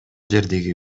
жердеги